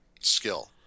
skill